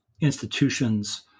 institutions